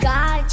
God